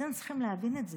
אתם צריכים להבין את זה.